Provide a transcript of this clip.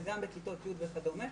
וגם בכיתות י' וכדומה.